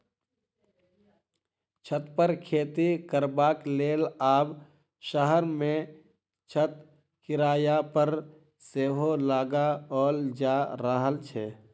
छत पर खेती करबाक लेल आब शहर मे छत किराया पर सेहो लगाओल जा रहल छै